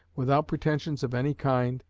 without pretensions of any kind,